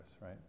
right